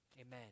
Amen